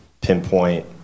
pinpoint